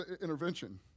intervention